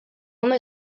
ondo